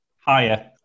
Higher